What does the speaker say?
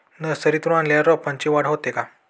नर्सरीतून आणलेल्या रोपाची वाढ होते का?